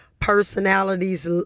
personalities